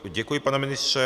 Děkuji, pane ministře.